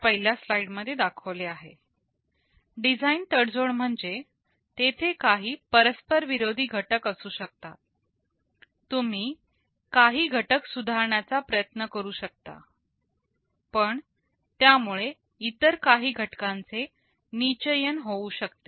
design तडजोड म्हणजे तेथे काही परस्पर विरोधी घटक असू शकतात तुम्ही काही घटक सुधारण्याचा प्रयत्न करू शकता पण त्यामुळे इतर काही घटकांचे निचयन होऊ शकते